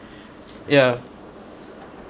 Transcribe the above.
ya